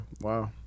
Wow